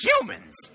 Humans